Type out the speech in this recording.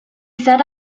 set